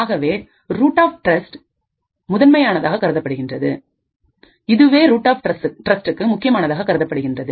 இதுவே root of trust இக்கு முதன்மையானதாக கருதப்படுகின்றது